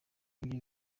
ibyo